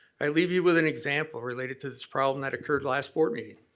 i leave you with an example related to this problem that occurred last board meeting.